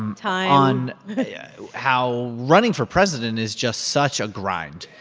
um time on how running for president is just such a grind.